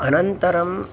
अनन्तरम्